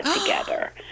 together